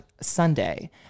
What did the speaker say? Sunday